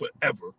forever